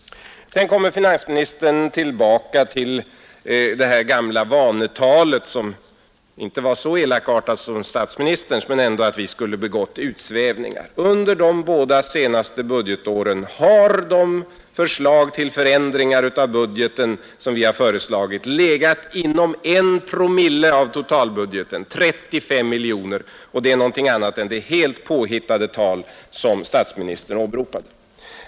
Sedan kom finansministern tillbaka till det gamla vanetalet, som inte var så elakartat som statsministerns men som ändå gick ut på att vi skulle ha begått utsvävningar. Under de båda senaste budgetåren har våra förslag till förändringar av budgeten legat inom en promille av totalbudgeten, 35 miljoner kronor. Det är någonting helt annat än det påhittade tal som statsministern åberopade.